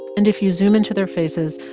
and if you zoom into their faces,